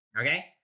Okay